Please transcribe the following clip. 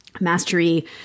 mastery